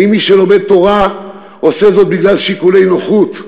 האם מי שלומד תורה עושה זאת בגלל שיקולי נוחות?